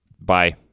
Bye